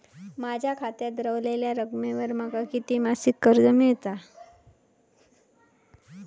माझ्या खात्यात रव्हलेल्या रकमेवर माका किती मासिक कर्ज मिळात?